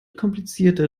komplizierter